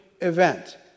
event